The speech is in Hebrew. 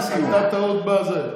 הייתה טעות בזה.